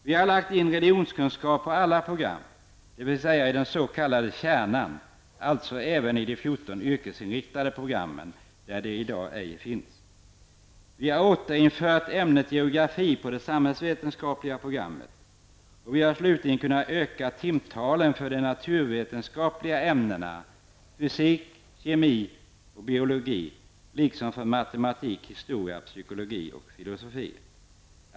Vi har lagt in ämnet religionskunskap inom alla program, dvs. i den s.k. kärnan, och även i de 14 yrkesinriktade program där det i dag ej finns. Vi har återinfört ämnet geografi i det samhällsvetenskapliga programmet. Vi har slutligen kunnat öka timtalet för de naturvetenskapliga ämnena fysik, kemi och biologi, liksom för matematik, historia, psykologi och filosofi.